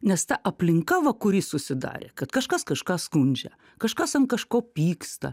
nes ta aplinka va kuri susidarė kad kažkas kažką skundžia kažkas ant kažko pyksta